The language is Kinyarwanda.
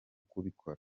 kubikora